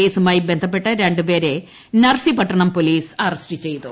കേസുമായി ബന്ധപ്പെട്ട് രണ്ട് പേരെ നർസിപട്ടണം പൊലീസ് അറസ്റ്റ് ചെയ്തു